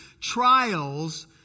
Trials